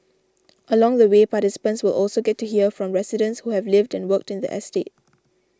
along the way participants will also get to hear from residents who have lived and worked in the estate